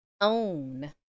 Own